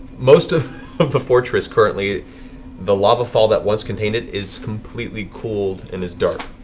most of of the fortress, currently the lava fall that once contained it is completely cooled and is dark.